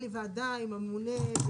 על ידי השר צריכים להיכתב וכל המאחורה של